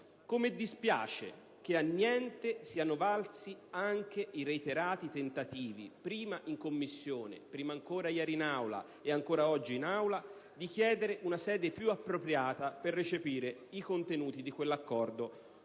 modo, dispiace che a niente siano valsi anche i reiterati tentativi, svolti prima in Commissione e poi in Aula (ieri, ma anche oggi), di chiedere una sede più appropriata per recepire i contenuti di quell'accordo